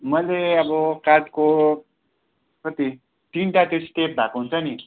मैले अब काठको कति तिनवटा त्यो स्टेप भएको हुन्छ नि